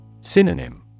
Synonym